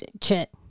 chit